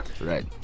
Right